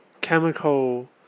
chemical